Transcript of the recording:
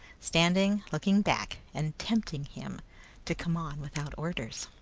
standing looking back, and tempting him to come on without orders.